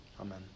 Amen